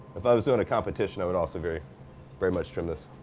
if i was doin' a competition, i would also very very much trim this.